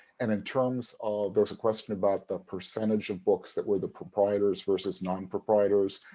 and in terms of there's a question about the percentage of books that were the proprietors versus non-proprietors